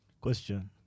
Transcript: Question